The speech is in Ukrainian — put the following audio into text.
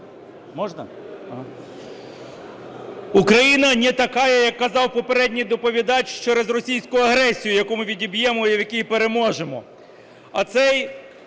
"Украина не такая", як казав попередній доповідач, через російську агресію, яку ми відіб'ємо і в якій переможемо. А цей